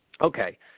Okay